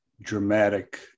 dramatic